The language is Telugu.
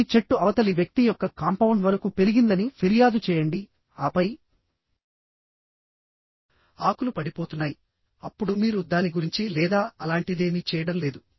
మీ చెట్టు అవతలి వ్యక్తి యొక్క కాంపౌండ్ వరకు పెరిగిందని ఫిర్యాదు చేయండిఆపై ఆకులు పడిపోతున్నాయి అప్పుడు మీరు దాని గురించి లేదా అలాంటిదేమీ చేయడం లేదు